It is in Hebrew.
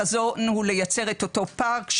החזון הוא לייצר את אותו פארק,